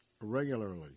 regularly